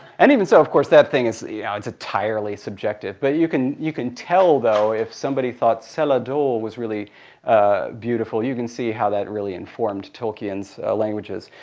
and even so of course, that thing is yeah is entirely subjective, but you can you can tell though, if somebody thought cellar door was really beautiful. you can see how that really informed tolkien's languages.